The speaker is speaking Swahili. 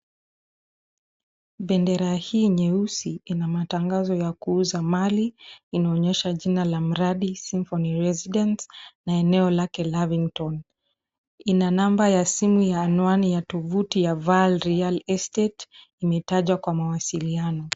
Bendera hii nyeusi inamatangazo ya kuuza mali. Inaonyesha jina la mradi symphony residence na eneo lake Lavington. Ina namba ya simu ya anwani ya tuvuti ya vaal real estate imetajwa kwa mawasiliano.